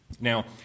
Now